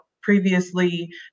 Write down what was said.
previously